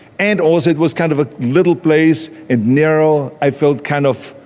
and also it was kind of a little place and narrow, i felt kind of,